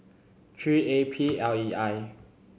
three A P L E I